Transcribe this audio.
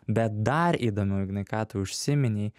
bet dar įdomiau ignai ką tu užsiminei